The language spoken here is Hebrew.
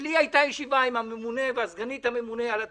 לי הייתה ישיבה עם הממונה ועם סגנית הממונה על התקציבים,